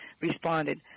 responded